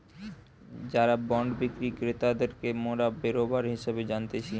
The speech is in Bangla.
যারা বন্ড বিক্রি ক্রেতাদেরকে মোরা বেরোবার হিসেবে জানতিছে